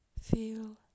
feel